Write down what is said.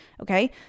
okay